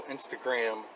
Instagram